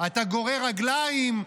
אתה גורר רגליים,